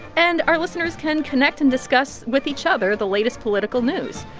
and our listeners can connect and discuss with each other the latest political news.